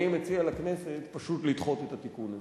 אני מציע לכנסת פשוט לדחות את התיקון הזה.